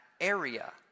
area